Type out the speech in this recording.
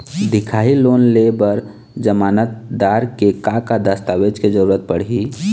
दिखाही लोन ले बर जमानतदार के का का दस्तावेज के जरूरत पड़ही?